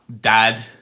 Dad